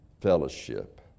fellowship